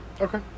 Okay